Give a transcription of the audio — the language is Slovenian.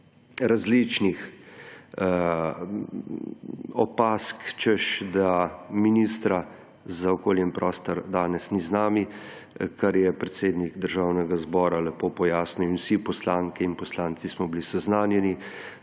različnih opazk, češ da ministra za okolje in prostor danes ni z nami, kar je predsednik Državnega zbora lepo pojasnil in vsi poslanke in poslanci smo bili seznanjeni,